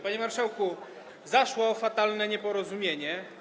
Panie marszałku, zaszło fatalne nieporozumienie.